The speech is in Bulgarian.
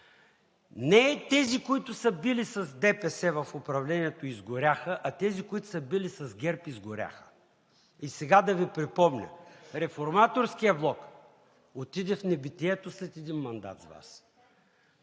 Не тези, които са били с ДПС в управлението изгоряха, а тези, които са били с ГЕРБ изгоряха. И сега да Ви припомня. Реформаторският блок – отиде в небитието след един мандат с Вас.